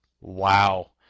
Wow